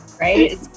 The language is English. Right